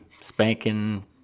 spanking